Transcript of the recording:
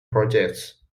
projects